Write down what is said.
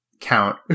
count